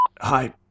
Hi